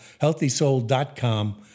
healthysoul.com